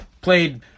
Played